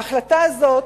ההחלטה הזאת,